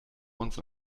uns